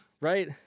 right